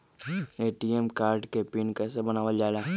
ATM card के PIN कैसे बनावल जाला?